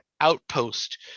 outpost